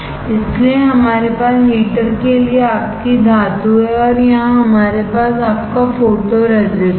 इसलिए हमारे पास हीटर के लिए आपकी धातु है और यहां हमारे पास आपका फोटोरेसिस्ट है